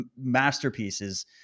masterpieces